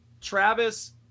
Travis